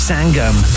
Sangam